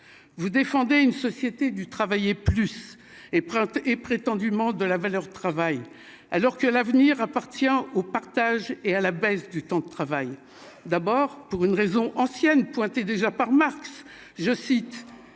vous défendez une société du travailler plus et et prétendument de la valeur travail, alors que l'avenir appartient au partage et à la baisse du temps de travail, d'abord pour une raison ancienne déjà par Marx, je cite :